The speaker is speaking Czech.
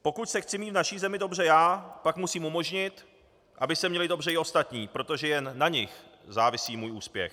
Pokud se chci mít v naší zemi dobře já, pak musím umožnit, aby se měli dobře i ostatní, protože jen na nich závisí můj úspěch.